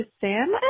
Sam